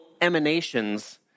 emanations